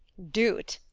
do't!